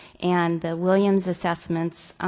and the williams assessments,